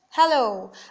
Hello